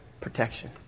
protection